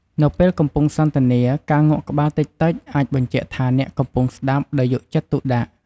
នៅពេលកំពុងសន្ទនា ការងក់ក្បាលតិចៗ អាចបញ្ជាក់ថាអ្នកកំពុងស្តាប់ដោយយកចិត្តទុកដាក់។